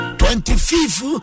25th